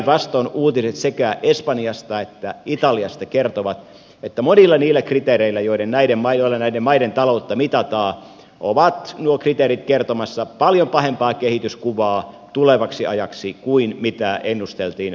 päinvastoin uutiset sekä espanjasta että italiasta kertovat että monet niistä kriteereistä joilla näiden maiden taloutta mitataan ovat kertomassa tulevaksi ajaksi paljon pahempaa kehityskuvaa kuin mitä ennusteltiin aikaisemmin